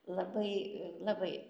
labai labai